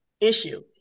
issue